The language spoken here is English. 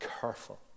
careful